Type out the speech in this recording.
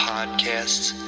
Podcasts